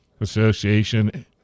Association